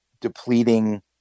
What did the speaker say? depleting